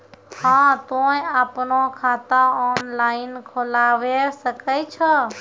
हाँ तोय आपनो खाता ऑनलाइन खोलावे सकै छौ?